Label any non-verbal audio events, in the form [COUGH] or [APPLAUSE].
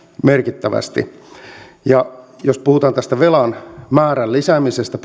merkittävästi jos puhutaan tästä velan määrän lisäämisestä [UNINTELLIGIBLE]